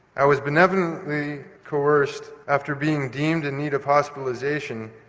i was benevolently coerced, after being deemed in need of hospitalisation,